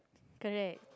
correct